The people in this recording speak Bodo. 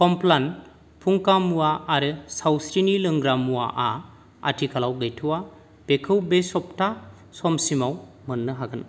कमप्लान फुंखा मुवा आरो सावस्रिनि लोंग्रामुवाआ आथिखालाव गैथ'आ बेखौ बे सप्ता समसिमाव मोन्नो हागोन